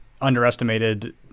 underestimated